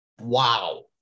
Wow